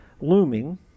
looming